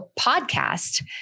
podcast